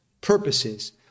purposes